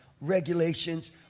regulations